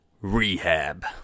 rehab